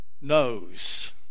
knows